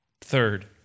Third